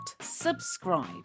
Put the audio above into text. subscribe